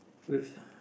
with